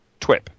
twip